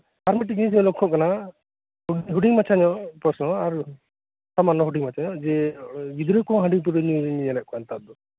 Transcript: ᱟᱨ ᱢᱤᱫ ᱴᱮᱡ ᱡᱤᱱᱤᱥ ᱞᱚᱠᱠᱷᱚᱜ ᱠᱟᱱᱟ ᱦᱩᱰᱤᱧ ᱢᱟᱪᱪᱷᱟ ᱧᱚᱜ ᱯᱨᱚᱥᱱᱚᱟᱨ ᱥᱟᱢᱟᱱᱱᱚ ᱦᱩᱰᱤᱧ ᱢᱟᱪᱪᱷᱟ ᱜᱤᱫᱽᱨᱟᱹ ᱠᱚ ᱦᱟᱹᱰᱤ ᱯᱟᱹᱣᱨᱟᱹ ᱧᱩᱧ ᱧᱮᱞᱮᱫ ᱠᱚᱣᱟ ᱱᱮᱛᱟᱨ ᱫᱚ